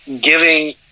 giving